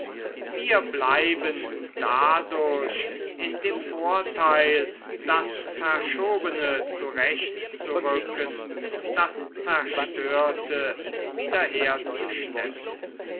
wir blieben dadurch in dem vorteil das verschobene zurechtzurücken das zerstörte